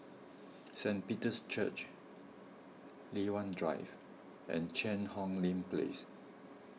Saint Peter's Church Li Hwan Drive and Cheang Hong Lim Place